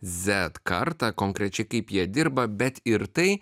zet kartą konkrečiai kaip jie dirba bet ir tai